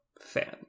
fan